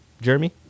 Jeremy